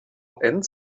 and